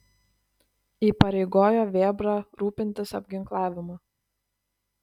įpareigojo vėbrą rūpintis apginklavimu